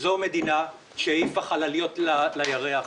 זו מדינה שהעיפה חלליות לירח.